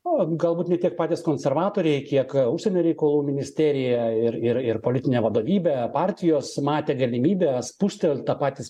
o galbūt ne tiek patys konservatoriai kiek užsienio reikalų ministerija ir ir ir politinė vadovybė partijos matė galimybę spustelt tą patį